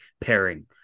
pairing